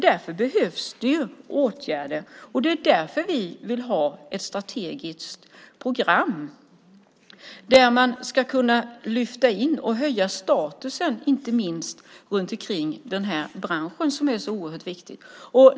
Därför behövs det åtgärder, och det är därför vi vill ha ett strategiskt program där man ska kunna lyfta in och höja statusen inte minst kring den här branschen som är så oerhört viktig.